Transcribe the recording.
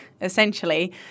essentially